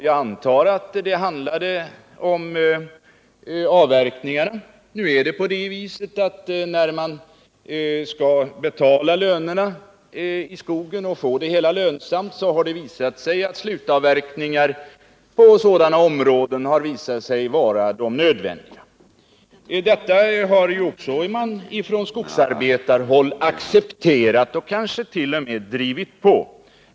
Jag antar att det handlade om skogsavverkningarna. När man skall försöka få skogsbruket lönsamt har det emellertid visat sig att slutavverkningar varit nödvändiga på sådana områden. Detta har man också accepterat från skogsarbetarhåll och kanske t.o.m. drivit på.